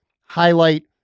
highlight